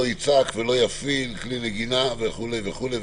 לא יצעק ולא יפעיל כלי נגינה" וכולי,